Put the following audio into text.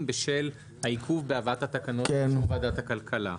בשל העיכוב בהבאת התקנות לאישור ועדת הכלכלה.